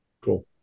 Cool